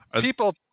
people